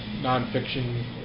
non-fiction